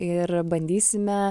ir bandysime